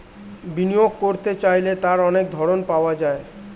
বিনিয়োগ করতে চাইলে তার অনেক ধরন পাওয়া যায়